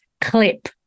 clip